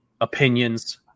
opinions